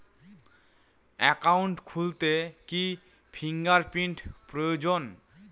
Account খুলতে কি fingerprint প্রয়োজন?